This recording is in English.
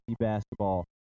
basketball